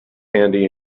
handy